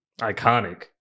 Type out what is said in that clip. Iconic